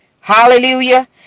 hallelujah